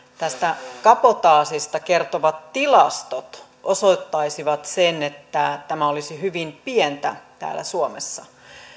tästä kabotaasista kertovat tilastot osoittaisivat sen että tämä olisi hyvin pientä täällä suomessa